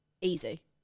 Easy